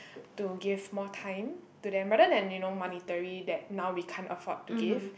to give more time to them rather than you know monetary that now we can't afford to give